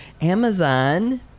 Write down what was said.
Amazon